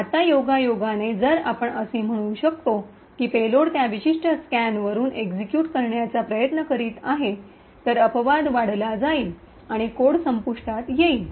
आता योगायोगाने जर आपण असे म्हणू शकतो की पेलोड त्या विशिष्ट स्टॅकवरून एक्सिक्यूट करण्याचा प्रयत्न करीत आहे तर अपवाद वाढला जाईल आणि कोड संपुष्टात येईल